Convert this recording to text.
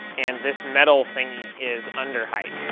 and this metal thing is under hyped.